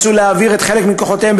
משום שנאלצו להעביר חלק מכוחותיהם